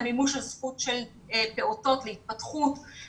למימוש הזכות של פעוטות להתפתחות,